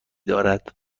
دارد